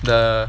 the